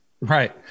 Right